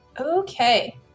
Okay